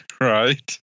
Right